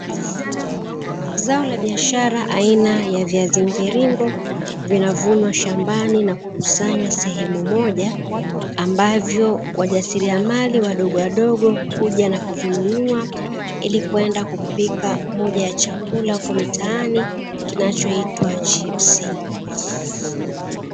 Zao la biashara aina ya viazi mviringo vinavunwa shambani na kukusanywa sehemu moja, ambavyo wajasiriamali wadogowadogo huja kuvinunua ili kwenda kupika kama moja ya chakula huko mitaani, kinachoutwa chipsi.